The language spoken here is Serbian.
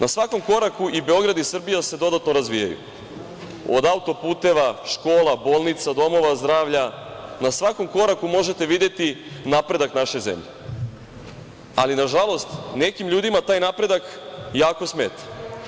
Na svakom koraku i Beograd i Srbija se dodatno razvijaju, od auto-puteva, škola, bolnica, domova zdravlja, na svakom koraku možete videti napredak naše zemlje, ali nažalost, nekim ljudima taj napredak jako smeta.